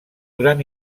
gran